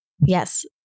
Yes